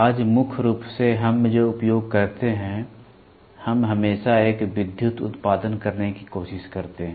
आज मुख्य रूप से हम जो उपयोग करते हैं हम हमेशा एक विद्युत उत्पादन करने की कोशिश करते हैं